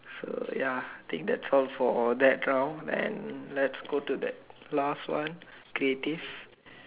sure ya think that's all for that round then let's go to that last one creative